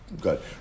Good